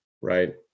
Right